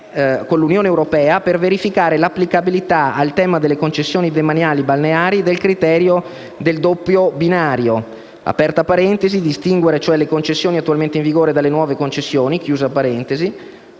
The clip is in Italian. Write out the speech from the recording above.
con l'Unione europea, per verificare l'applicabilità al tema delle concessioni demaniali balneari del criterio del "doppio binario" (distinguere cioè le concessioni attualmente in vigore dalle nuove concessioni), onde